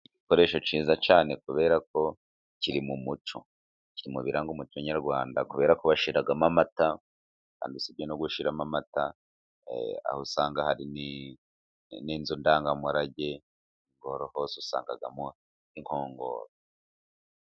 Igikoresho cyiza cyane kubera ko kiri mu muco, kiri mu biranga umuco nyarwanda kubera ko bagishyiramo amata usibye no gushyiramo amata aho usanga hari n'inzu ndangamurage boro hose usangamo inkongoro.